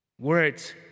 Words